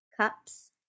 cups